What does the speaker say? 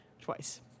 twice